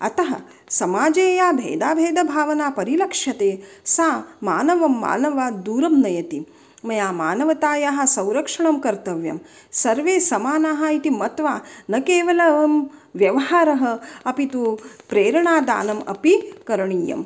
अतः समाजे या भेदाभेदभावना परिलक्ष्यते सा मानवः मानवात् दूरं नयति मया मानवतायाः संरक्षणं कर्तव्यं सर्वे समानाः इति मत्वा न केवलं व्यवहारः अपि तु प्रेरणादानम् अपि करणीयं